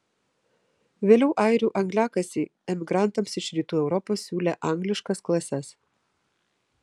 vėliau airių angliakasiai emigrantams iš rytų europos siūlė angliškas klases